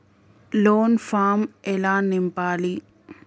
Loan form ఎలా నింపాలి?